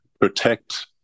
protect